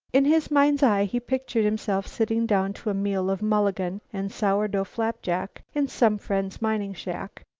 in his mind's eye he pictured himself sitting down to a meal of mulligan and sourdough flapjack in some friend's mining shack,